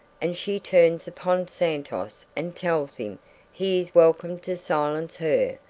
and she turns upon santos and tells him he is welcome to silence her,